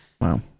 wow